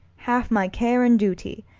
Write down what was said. half my care and duty.